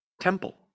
temple